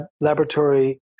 laboratory